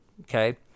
Okay